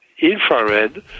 infrared